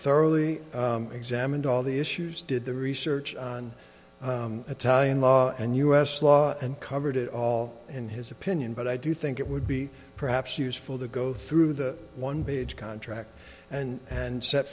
thoroughly examined all the issues did the research on a tie in law and u s law and covered it all in his opinion but i do think it would be perhaps useful to go through the one page contract and and set